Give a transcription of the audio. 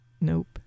nope